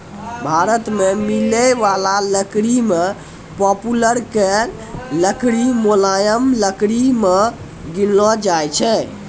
भारत मॅ मिलै वाला लकड़ी मॅ पॉपुलर के लकड़ी मुलायम लकड़ी मॅ गिनलो जाय छै